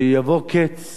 שיבוא קץ